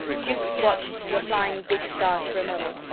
jukes watched the flying big stars for a moment,